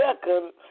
second